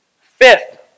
Fifth